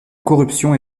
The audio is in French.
corruption